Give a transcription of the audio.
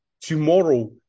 tomorrow